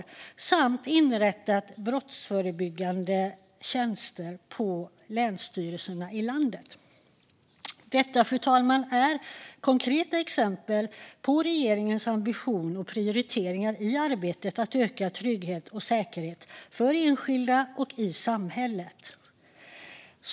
Regeringen har också inrättat brottsförebyggande tjänster på länsstyrelserna i landet. Detta, fru talman, är konkreta exempel på regeringens ambition och prioriteringar i arbetet att öka tryggheten och säkerheten för enskilda och i samhället.